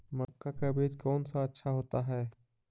मक्का का बीज कौन सा अच्छा होता है?